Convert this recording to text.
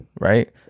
right